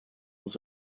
was